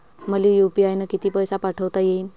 मले यू.पी.आय न किती पैसा पाठवता येईन?